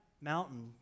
mountain